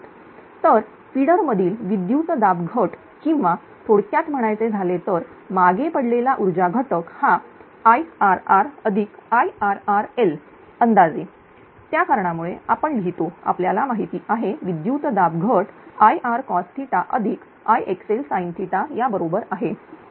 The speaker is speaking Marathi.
तर फिडर मधील विद्युतदाब घट किंवा थोडक्यात म्हणायचे झाले तर मागे पडलेला ऊर्जा घटक हा IrrIrrl अंदाजे त्या कारणामुळे आपण लिहितो आपल्याला माहिती आहे विद्युतदाब घट IrcosIxlsin या बरोबर आहे